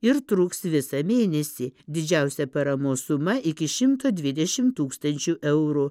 ir truks visą mėnesį didžiausia paramos suma iki šimto dvidešim tūkstančių eurų